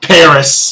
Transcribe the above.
Paris